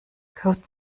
code